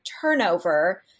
turnover